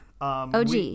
OG